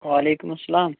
وعلیکُم اسلام